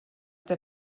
der